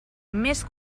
més